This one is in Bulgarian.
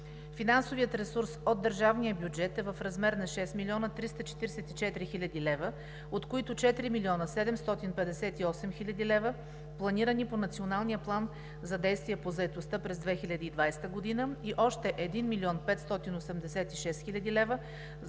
Финансовият ресурс от държавния бюджет е в размер на 6 млн. 344 хил. лв., от които 4 млн. 758 хил. лв. планирани по Националния план за действие по заетостта през 2020 г. и още 1 млн. 586 хил. лв.